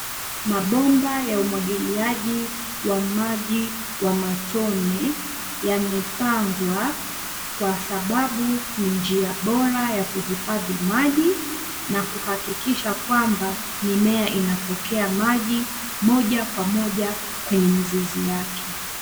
Mabomba ya umwagiliaji, wa maji, wa matone, yamepangwa, kwa sababu ni njia bora ya kuhifadhi maji, na kuhakikisha kwamba, mimea inapokea maji, moja kwa moja, kwenye mizizi yake.